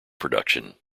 production